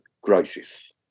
crisis